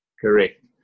Correct